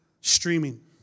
streaming